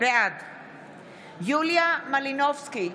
בעד יוליה מלינובסקי,